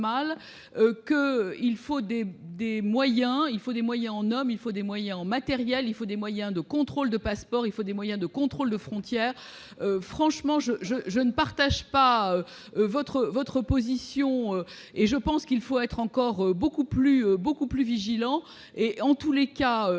il y a un il faut des moyens en hommes, il faut des moyens en matériels, il faut des moyens de contrôle de passeport, il faut des moyens de contrôle de frontières, franchement je je je ne partage pas votre votre position et je pense qu'il faut être encore beaucoup plus, beaucoup plus vigilant, et en tous les cas,